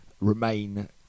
Remain